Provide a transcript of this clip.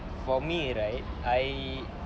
for me right I